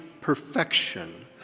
perfection